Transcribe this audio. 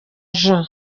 jean